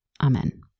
amen